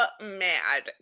mad